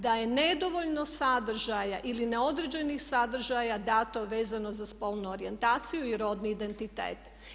Da je nedovoljno sadržaja ili neodređenih sadržaja dato vezano za spolnu orijentaciju i rodni identitet.